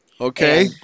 Okay